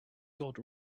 god